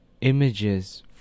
images